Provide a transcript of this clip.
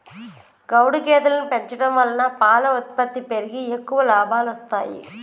గౌడు గేదెలను పెంచడం వలన పాల ఉత్పత్తి పెరిగి ఎక్కువ లాభాలొస్తాయి